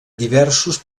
diversos